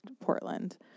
Portland